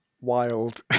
wild